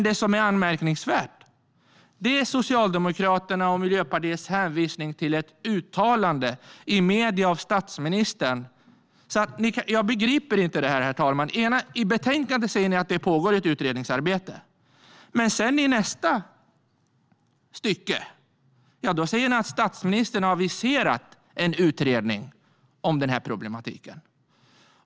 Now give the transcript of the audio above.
Det som är anmärkningsvärt är dock Socialdemokraternas och Miljöpartiets hänvisning till ett uttalande av statsministern i medierna. Jag begriper inte detta, herr talman - i betänkandet säger man att det pågår ett utredningsarbete, men i nästa stycke säger man att statsministern har aviserat en utredning om denna problematik.